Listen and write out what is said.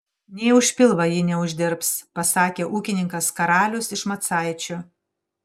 nė už pilvą ji neuždirbs pasakė ūkininkas karalius iš macaičių